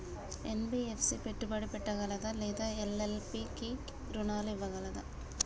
NBFC పెట్టుబడి పెట్టగలదా లేదా ఎల్.ఎల్.పి కి రుణాలు ఇవ్వగలదా?